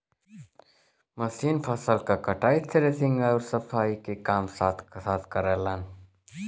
machine फसल क कटाई, थ्रेशिंग आउर सफाई के काम साथ साथ करलन